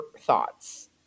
thoughts